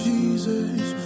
Jesus